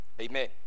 Amen